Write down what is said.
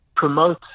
promote